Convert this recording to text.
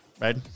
right